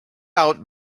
out